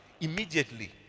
immediately